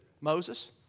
Moses